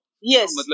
Yes